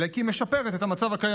אלא כי היא משפרת את המצב הקיים,